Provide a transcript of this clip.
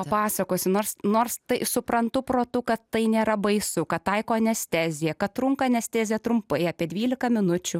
papasakosiu nors nors tai suprantu protu kad tai nėra baisu kad taiko anesteziją kad trunka anestezija trumpai apie dvylika minučių